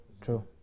True